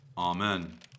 Amen